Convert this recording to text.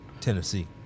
Tennessee